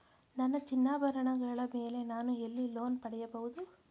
ನನ್ನ ಚಿನ್ನಾಭರಣಗಳ ಮೇಲೆ ನಾನು ಎಲ್ಲಿ ಲೋನ್ ಪಡೆಯಬಹುದು?